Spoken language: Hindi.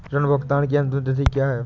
ऋण भुगतान की अंतिम तिथि क्या है?